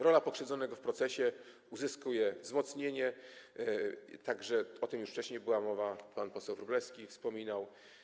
Rola pokrzywdzonego w procesie uzyskuje wzmocnienie, także o tym już wcześniej była mowa, pan poseł Wróblewski wspominał.